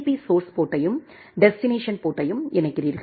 B source போர்ட்யும்டெஸ்டினேஷன் போர்ட்யும் இணைக்கிறீர்கள்